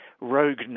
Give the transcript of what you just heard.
rogue